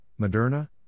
Moderna